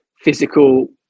physical